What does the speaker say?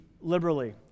liberally